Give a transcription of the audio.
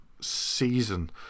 season